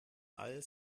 all